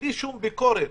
בלי שום ביקורת,